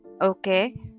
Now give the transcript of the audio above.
Okay